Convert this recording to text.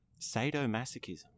sadomasochism